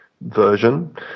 version